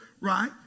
right